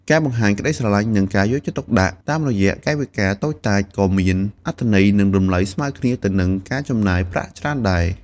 ការបង្ហាញក្តីស្រឡាញ់ និងការយកចិត្តទុកដាក់តាមរយៈកាយវិការតូចតាច ក៏មានអត្ថន័យ និងតម្លៃស្មើគ្នាទៅនឹងការចំណាយប្រាក់ច្រើនដែរ។